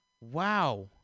Wow